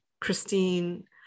Christine